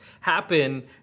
happen